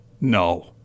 No